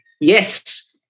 yes